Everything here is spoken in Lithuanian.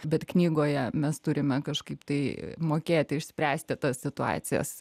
bet knygoje mes turime kažkaip tai mokėti išspręsti tas situacijas